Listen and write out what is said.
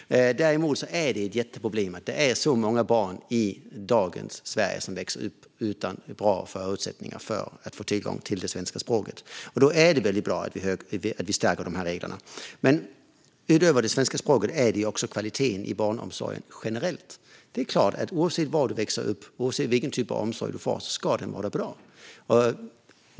Däremot är det ett jätteproblem att många barn i dagens Sverige växer upp utan bra förutsättningar att få tillgång till det svenska språket. Då är det bra att reglerna stärks. Utöver svenska språket är det också fråga om kvaliteten i barnomsorgen generellt. Det är klart att oavsett var du växer upp och vilken typ av omsorg du får ska den vara bra.